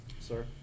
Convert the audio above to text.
sir